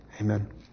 Amen